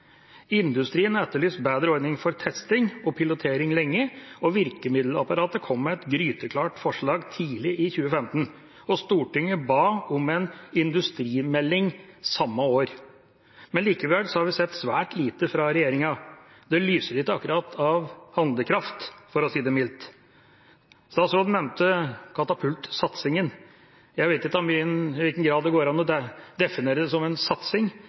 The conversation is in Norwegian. pilotering lenge, og virkemiddelapparatet kom med et gryteklart forslag tidlig i 2015. Stortinget ba om en industrimelding samme år, men likevel har vi sett svært lite fra regjeringa. Det lyser ikke akkurat av handlekraft, for å si det mildt. Statsråden nevnte katapult-satsingen. Jeg vet ikke i hvilken grad det går an å definere det som en satsing.